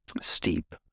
steep